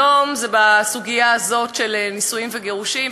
היום זה בסוגיה הזאת של נישואים וגירושים,